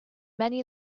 many